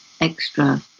extra